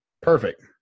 Perfect